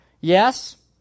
Yes